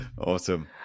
Awesome